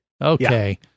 Okay